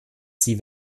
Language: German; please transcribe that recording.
sie